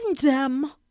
them